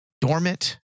Dormant